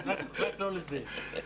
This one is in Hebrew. לא, רק לא לזה.